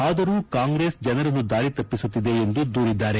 ಆದರೂ ಕಾಂಗ್ರೆಸ್ ಜನರನ್ನು ದಾರಿ ತಪ್ಪಿಸುತ್ತಿದೆ ಎಂದು ದೂರಿದ್ದಾರೆ